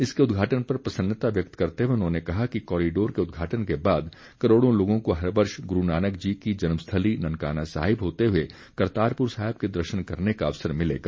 इसके उद्घाटन पर प्रसन्नता व्यक्त करते हुए उन्होंने कहा कि कॉरिडोर के उद्घाटन के बाद करोड़ों लोगों को हर वर्ष गुरू नानक जी की जन्मस्थली ननकाना साहिब होते हुए करतारपुर साहिब के दर्शन करने का अवसर मिलेगा